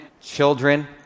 children